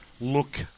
look